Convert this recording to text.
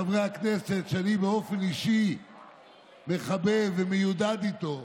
שאני באופן אישי מחבב ומיודד איתו,